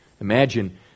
Imagine